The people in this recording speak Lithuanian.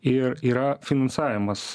ir yra finansavimas